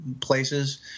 places